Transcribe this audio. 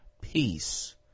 peace